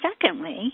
secondly